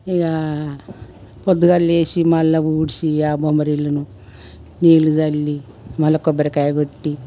ఇగ పొద్దుగాలేచి మళ్ళీ ఊడ్చి ఆ బొమ్మరిల్లును నీళ్ళు చల్లి మళ్ళీ కొబ్బరికాయ కొట్టి